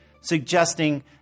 suggesting